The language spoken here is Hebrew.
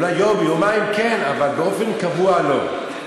אולי יום-יומיים כן, אבל באופן קבוע לא.